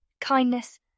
kindness